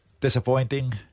disappointing